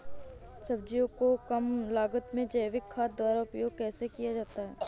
सब्जियों को कम लागत में जैविक खाद द्वारा उपयोग कैसे किया जाता है?